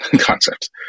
concept